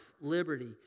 liberty